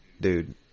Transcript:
dude